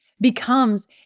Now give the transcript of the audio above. becomes